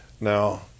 Now